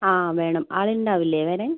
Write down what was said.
ആ വേണം ആൾ ഉണ്ടാവില്ലേ വരാൻ